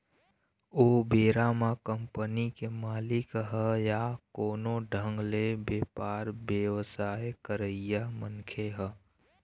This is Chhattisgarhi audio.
ओ बेरा म कंपनी के मालिक ह या कोनो ढंग ले बेपार बेवसाय करइया मनखे ह